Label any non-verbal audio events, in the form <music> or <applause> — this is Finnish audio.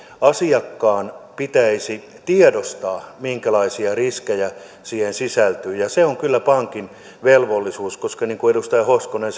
asiakkaan pitäisi tiedostaa minkälaisia riskejä siihen sisältyy ja se on kyllä pankin velvollisuus koska niin kuin edustaja hoskonen <unintelligible>